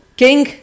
king